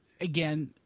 again